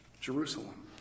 Jerusalem